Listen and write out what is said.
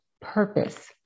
purpose